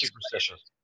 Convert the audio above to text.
superstitious